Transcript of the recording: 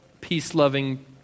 peace-loving